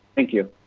thank you.